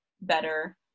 better